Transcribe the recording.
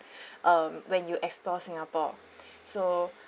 um when you explore singapore so